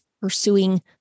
pursuing